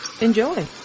Enjoy